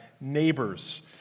neighbors